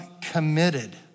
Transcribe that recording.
committed